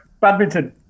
badminton